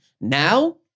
Now